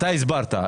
הסברת.